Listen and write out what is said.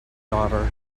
daughter